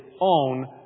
own